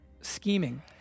scheming